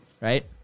right